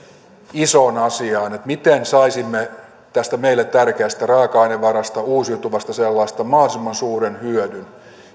isoon asiaan miten saisimme tästä meille tärkeästä raaka ainevarasta uusiutuvasta sellaisesta mahdollisimman suuren hyödyn